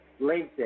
LinkedIn